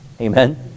Amen